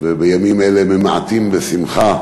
ובימים אלה ממעטים בשמחה.